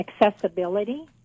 accessibility